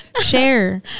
Share